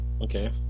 Okay